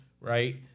right